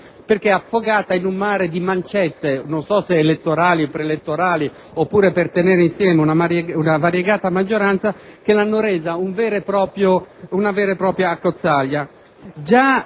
perché affogata in un mare di mancette (non so se elettorali, preelettorali, oppure per tenere insieme una variegata maggioranza) che l'hanno resa una vera e propria accozzaglia.